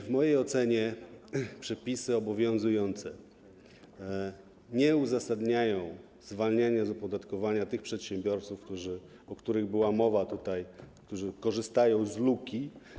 W mojej ocenie przepisy obowiązujące nie uzasadniają zwalniania z opodatkowania tych przedsiębiorców, o których była mowa, którzy korzystają z luki.